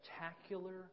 spectacular